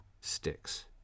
sticks